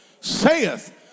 saith